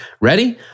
Ready